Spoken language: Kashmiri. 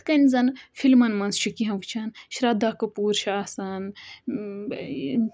یِتھٕ کٔنۍ زَن فِلمَن مَنٛز چھُ کیٚنٛہہ وُچھان شردا کپوٗر چھِ آسان